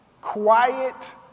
Quiet